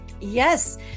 Yes